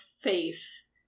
face